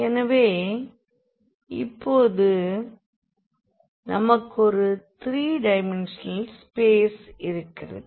எனவே இப்போது நமக்கு ஒரு த்ரீ டைமென்ஷனல் ஸ்பேஸ் இருக்கிறது